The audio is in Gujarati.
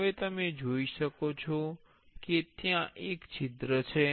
હવે તમે જોઈ શકો છો કે ત્યાં એક છિદ્ર છે